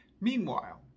Meanwhile